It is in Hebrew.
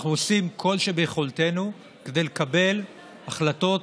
אנחנו עושים כל שביכולתנו כדי לקבל החלטות